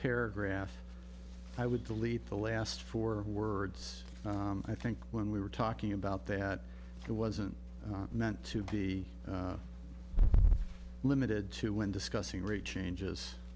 paragraph i would delete the last four words i think when we were talking about that it wasn't meant to be limited to when discussing rate changes